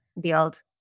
build